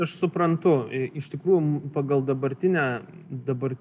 aš suprantu iš tikrųjų pagal dabartinę dabar